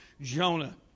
Jonah